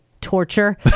torture